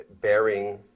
bearing